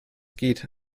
geht